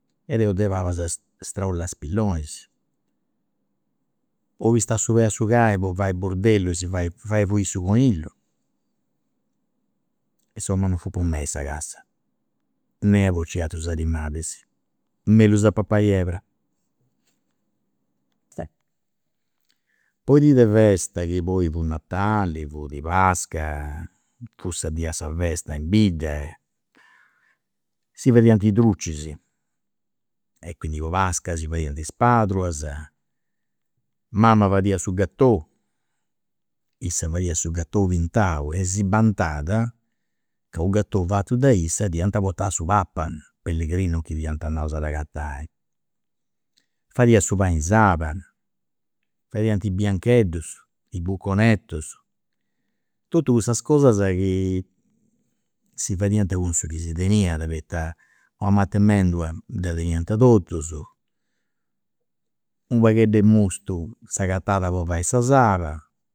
E deu de palas straullà is pillonis, poi pistà su pei a su cani po fai burdellu e si fai fai fui su conillu e insomma non fut po mei sa cassa, nè a bocciri aterus animalis, mellus a papai erba. Po is dis de festa chi poi fut natali, fut pasca, fut sa dì de sa festa in bidda, si fadiant is drucis e quindi po pasca si fadiant i' pardulas, mama fadiat su gattò, issa fadiat su gattò pintau e si bantat ca u' gattò fatu de issa dd'iant portau a su papa, pellegrinus chi fiant andaus a dd'agatai. Fadiat su pan'e saba, fadiant i' biancheddus, i' buconettus, totus cussas cosas chi si fadiant cun su chi si teniat, poita una mat'e mendula dda teniant totus u' paghedd'e mustu s'agatat po fai sa saba